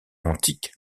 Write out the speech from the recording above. antique